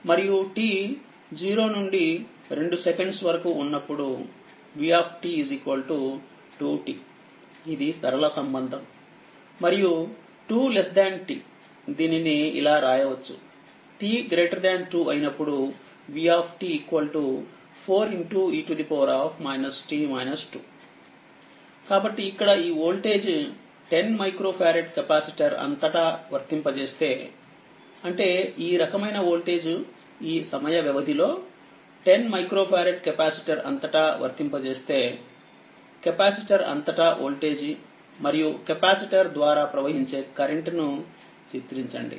మరియు t 0 నుండి 2 seconds వరకు ఉన్నప్పుడు v 2t ఇది సరళ సంబంధం మరియు 2 t దీనిని ఇలా రాయవచ్చు t 2 అయినప్పుడు v 4 e కాబట్టిఇక్కడ ఈ వోల్టేజ్ 10 మైక్రో ఫారడ్ కెపాసిటర్ అంతటా వర్తింపజేస్తే అంటే ఈ రకమైన వోల్టేజ్ ఈ సమయ వ్యవధి లో 10 మైక్రో ఫారడ్ కెపాసిటర్ అంతటా వర్తింపజేస్తే కెపాసిటర్ అంతటా వోల్టేజ్ మరియు కెపాసిటర్ ద్వారా ప్రవహించే కరెంట్ ని చిత్రించండి